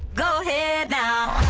go head now